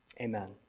Amen